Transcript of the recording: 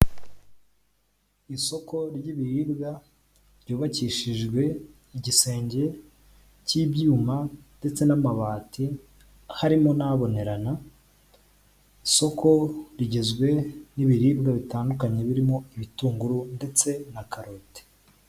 Isoko ry'ibiribwa ryubakishijwe igisenge cy'ibyuma ndetse n'amabati, harimo n'abonerana. Isoko rigizwe n'ibiribwa bitandukanye, birimo ibitunguru ndetse na karoti.